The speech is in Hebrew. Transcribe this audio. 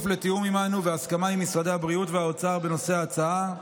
לתיאום עימנו והסכמה עם משרד הבריאות ומשרד האוצר בנושאי ההצעה,